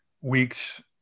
weeks